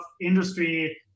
industry